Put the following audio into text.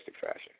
fashion